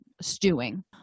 stewing